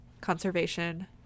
conservation